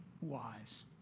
wise